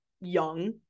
young